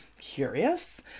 Curious